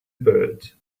birds